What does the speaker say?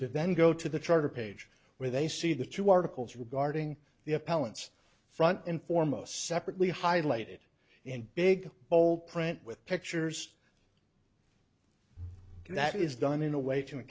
to then go to the charter page where they see the two articles regarding the appellant's front and foremost separately highlighted in big bold print with pictures that is done in a way to